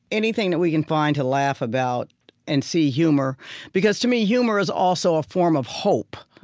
anything that we can find to laugh about and see humor because to me, humor is also a form of hope.